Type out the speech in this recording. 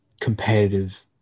competitive